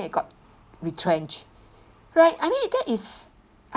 you got retrenched right I mean that is